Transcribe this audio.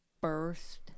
burst